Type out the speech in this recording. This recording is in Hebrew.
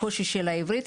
הקושי של העברית.